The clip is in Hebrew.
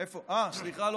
סליחה.